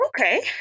Okay